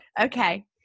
Okay